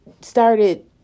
started